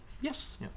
yes